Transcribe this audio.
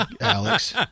Alex